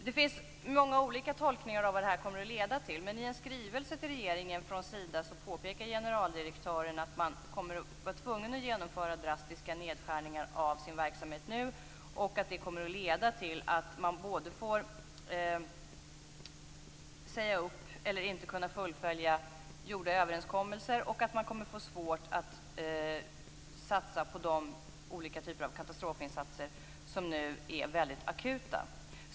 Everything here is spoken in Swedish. Det finns många olika tolkningar av vad det här kommer att leda till. Men i en skrivelse till regeringen från Sida påpekar generaldirektören att man kommer att vara tvungen att genomföra drastiska nedskärningar av sin verksamhet och att det kommer att leda till att man inte kan fullfölja gjorda överenskommelser och att man kommer att få svårt att satsa på de olika typer av katastrofinsatser som nu är väldigt akuta.